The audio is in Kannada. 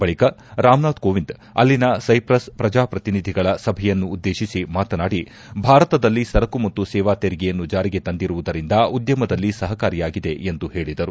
ಬಳಿಕ ರಾಮನಾಥ್ ಕೋವಿಂದ್ ಅಲ್ಲಿನ ಸೈಪ್ರಸ್ ಪ್ರಜಾಪ್ರತಿನಿಧಿಗಳ ಸಭೆಯನ್ನುದ್ದೇಶಿಸಿ ಮಾತನಾಡಿ ಭಾರತದಲ್ಲಿ ಸರಕು ಮತ್ತು ಸೇವಾ ತೆರಿಗೆಯನ್ನು ಜಾರಿಗೆ ತಂದಿರುವುದರಿಂದ ಉದ್ಯಮದಲ್ಲಿ ಸಹಕಾರಿಯಾಗಿದೆ ಎಂದು ಹೇಳಿದರು